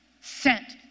sent